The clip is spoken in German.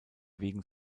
wegen